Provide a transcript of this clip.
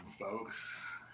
Folks